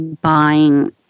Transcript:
buying